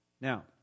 Now